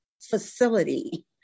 facility